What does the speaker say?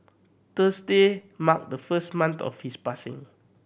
Thursday marked the first month of his passing